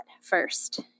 first